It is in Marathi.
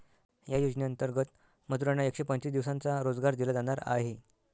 या योजनेंतर्गत मजुरांना एकशे पंचवीस दिवसांचा रोजगार दिला जाणार आहे